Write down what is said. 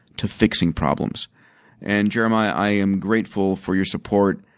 to fixing problems and jeremiah, i am grateful for your support.